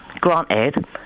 granted